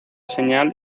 señal